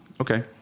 Okay